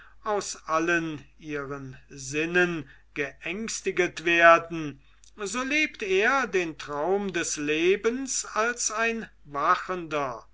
aus allen ihren sinnen geängstiget werden so lebt er den traum des lebens als wachender